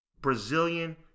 Brazilian